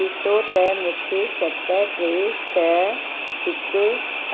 ॾिसो त मूंखे सत टे छह हिकु